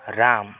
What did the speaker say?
Ram